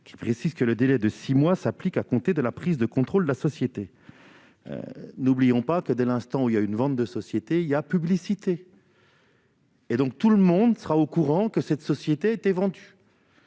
à préciser que ce délai de six mois court à compter de la prise de contrôle de la société. N'oublions pas que, dès l'instant où il y a vente d'une société, il y a publicité ! Tout le monde sera donc au courant que cette société a été vendue,